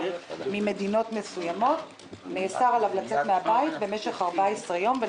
ממדינות מסוימות לצאת מהבית במשך 14 יום.